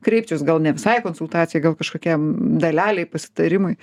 kreipčiaus gal ne visai konsultacijai gal kažkokiam dalelei pasitarimui